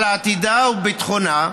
על עתידה וביטחונה,